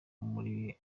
muri